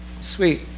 Sweet